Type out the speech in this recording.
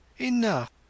Enough